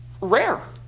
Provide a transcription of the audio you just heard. Rare